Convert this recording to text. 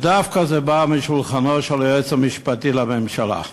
זה דווקא בא משולחנו של היועץ המשפטי לממשלה,